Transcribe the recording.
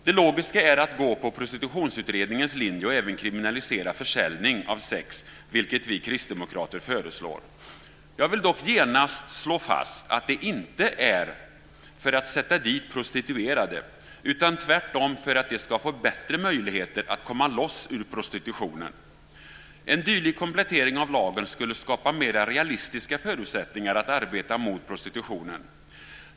Det logiska är att gå på Prostitutionsutredningens linje och även kriminalisera försäljning av sex, vilket vi kristdemokrater föreslår. Jag vill dock genast slå fast att det inte är för att sätta dit prostituerade, utan tvärtom för att de ska få bättre möjligheter att komma loss ur prostitutionen. En dylik komplettering av lagen skulle skapa mer realistiska förutsättningar att arbeta mot prostitutionen.